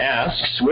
asks